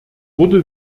wurde